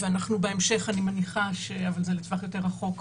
ואנחנו בהמשך לטווח יותר רחוק,